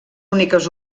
úniques